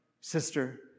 sister